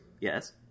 Yes